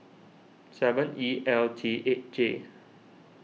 seven E L T eight J